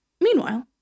Meanwhile